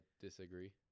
disagree